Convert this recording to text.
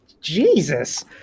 Jesus